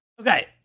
Okay